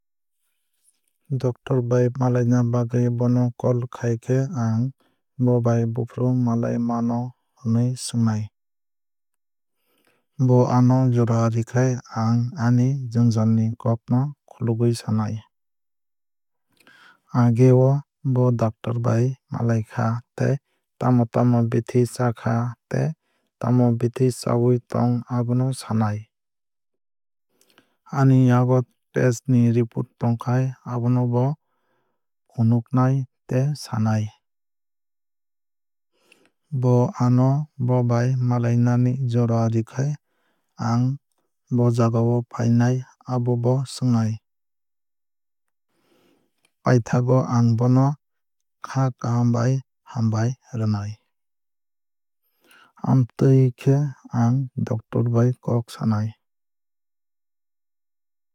Doctor bai malaina bagwui bono call khai khe ang bo bai bufru malai mano hinwui swngnai. Bo ano jora rwkahi ang ani jwngjal ni kok no khulugwui sanai. Age o bo doctor bai malai kha tei tamo tamo bithi chakha tei tamo bithi chawui tong abono sanai. Ani yago test ni report tongkhai abono bo funuknai tei sanai. Bo ano bo bai malainani jora rwkhai ang bo jagao fainai abobo swngnai. Paithago ang bono kha kaham bai hambai rwnai. Amtwui khe ang doctor bai kok sanai.